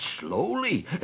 slowly